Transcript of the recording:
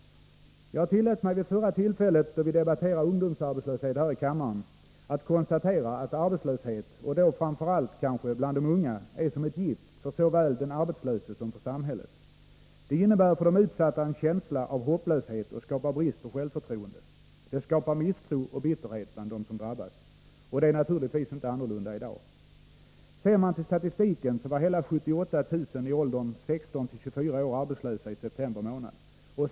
Jag tillät mig vid förra tillfället då vi debatterade ungdomsarbetslöshet här i kammaren att konstatera att arbetslöshet, och då kanske framför allt bland de unga, är som ett gift såväl för den arbetslöse som för samhället. Arbetslöshet innebär för de utsatta en känsla av hopplöshet och skapar brist på självförtroende. Det skapar misstro och bitterhet bland dem som drabbas. Det är naturligtvis inte annorlunda i dag. Enligt statistiken var hela 78 000 i åldern 16-24 år arbetslösa i september månad.